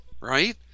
right